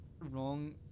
wrong